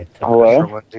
Hello